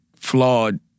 Flawed